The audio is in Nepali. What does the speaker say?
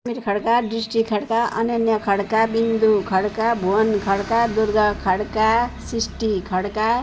समिर खड्का दृष्टि खड्का अनन्या खड्का बिन्दु खड्का भुवन खड्का दुर्गा खड्का सृष्टि खड्का